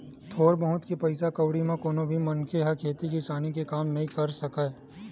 थोर बहुत के पइसा कउड़ी म कोनो भी मनखे ह खेती किसानी के काम ल नइ कर सकय